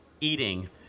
eating